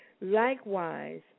Likewise